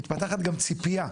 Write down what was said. מתפתחת גם ציפייה.